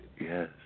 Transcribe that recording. Yes